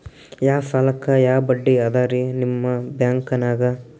ಯಾ ಸಾಲಕ್ಕ ಯಾ ಬಡ್ಡಿ ಅದರಿ ನಿಮ್ಮ ಬ್ಯಾಂಕನಾಗ?